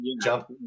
jump